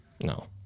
No